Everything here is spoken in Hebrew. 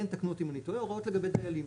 אין, תקנו אותי אם אני טועה, הוראות לגבי דיילים.